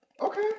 Okay